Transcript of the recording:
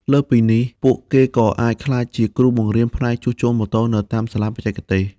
លើសពីនេះ ពួកគេក៏អាចក្លាយជាគ្រូបង្រៀនផ្នែកជួសជុលម៉ូតូនៅសាលាបច្ចេកទេស។